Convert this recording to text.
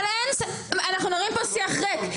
אבל אין, אנחנו מנהלים פה שיח ריק.